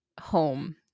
home